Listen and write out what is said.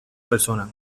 persona